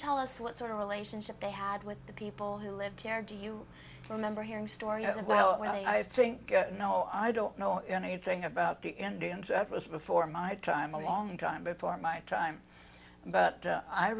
tell us what sort of relationship they had with the people who lived there do you remember hearing stories of well i think no i don't know anything about the indians ever was before my time a long time before my time but